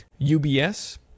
UBS